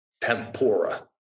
tempura